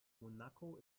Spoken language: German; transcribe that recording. monaco